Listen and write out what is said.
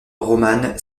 romane